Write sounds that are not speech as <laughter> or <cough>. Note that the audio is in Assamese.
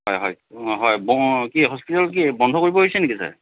হয় হয় অঁ হয় <unintelligible> কি হস্পিতেল কি বন্ধ কৰিব হৈছে নেকি ছাৰ